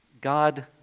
God